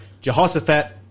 Jehoshaphat